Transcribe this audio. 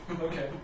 Okay